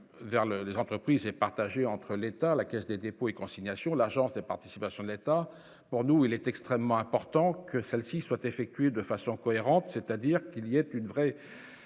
vers le les entreprises est partagée entre l'État, la Caisse des dépôts et consignations, l'Agence des participations de l'État, pour nous, il est extrêmement important que celle-ci soit effectué de façon cohérente, c'est-à-dire qu'il y a une vraie